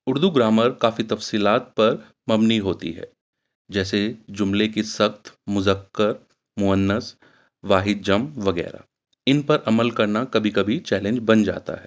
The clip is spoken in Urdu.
اردو گرامر کافی تفصیلات پر مبنی ہوتی ہے جیسے جملے کی سخت مزکر مس واحد جم وغیرہ ان پر عمل کرنا کبھی کبھی چیلنج بن جاتا ہے